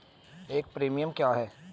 एक प्रीमियम क्या है?